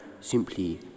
simply